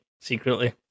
secretly